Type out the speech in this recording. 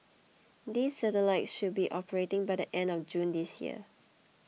these satellites should be operating by the end of June this year